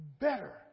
better